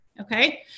okay